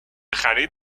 خرید